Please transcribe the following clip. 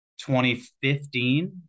2015